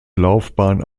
laufbahn